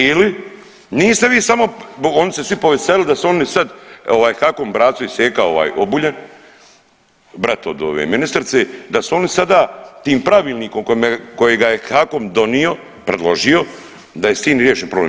Ili niste vi samo oni se svi poveselili da su oni sad HAKOM braco i seka Obuljen, brat od ove ministrice, da su oni sad tim pravilnikom kojega je HAKOM donio predložio da je s tim riješen problem.